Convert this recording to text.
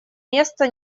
место